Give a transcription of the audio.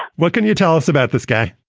what can you tell us about this guy?